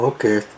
Okay